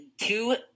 two